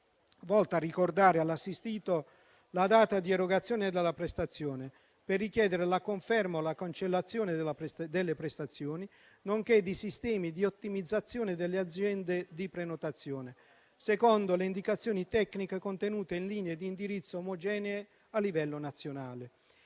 volto a ricordare all'assistito la data di erogazione della prestazione, per richiedere la conferma o la cancellazione delle prestazioni, nonché di sistemi di ottimizzazione delle aziende di prenotazione, secondo le indicazioni tecniche contenute in linee di indirizzo omogenee a livello nazionale.